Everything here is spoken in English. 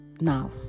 now